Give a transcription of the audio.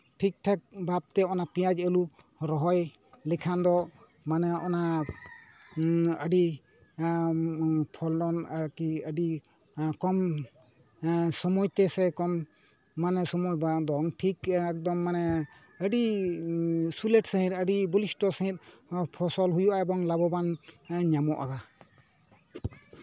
ᱴᱷᱤᱠ ᱴᱷᱟᱠ ᱵᱷᱟᱵᱽᱛᱮ ᱚᱱᱟ ᱯᱮᱸᱭᱟᱡᱽ ᱟᱹᱞᱩ ᱨᱚᱦᱚᱭ ᱞᱮᱠᱷᱟᱱ ᱫᱚ ᱢᱟᱱᱮ ᱚᱱᱟ ᱟᱹᱰᱤ ᱯᱷᱚᱞᱚᱱ ᱟᱨᱠᱤ ᱟᱹᱰᱤ ᱠᱚᱢ ᱥᱚᱢᱚᱭ ᱛᱮᱥᱮ ᱠᱚᱢ ᱢᱟᱱᱮ ᱥᱚᱢᱚᱭ ᱵᱟᱝ ᱫᱚ ᱴᱷᱤᱠ ᱮᱠᱫᱚᱢ ᱢᱟᱱᱮ ᱟᱹᱰᱤ ᱥᱩᱞᱮᱴ ᱥᱟᱺᱦᱤᱡ ᱟᱹᱰᱤ ᱵᱚᱞᱤᱥᱴᱚ ᱥᱟᱺᱦᱤᱡ ᱚᱱᱟ ᱯᱷᱚᱥᱚᱞ ᱦᱩᱭᱩᱜᱼᱟ ᱮᱵᱚᱝ ᱞᱟᱵᱷᱚᱵᱟᱱ ᱧᱟᱢᱚᱜᱼᱟ